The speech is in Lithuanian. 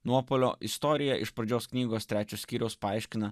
nuopuolio istorija iš pradžios knygos trečio skyriaus paaiškina